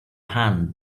hand